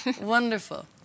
Wonderful